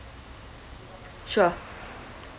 sure